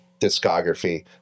discography